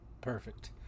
Perfect